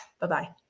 Bye-bye